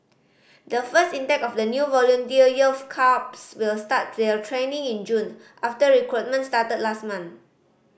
the first intake of the new volunteer youth corps will start their training in June after recruitment started last month